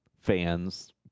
fans